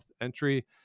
entry